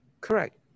correct